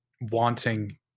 wanting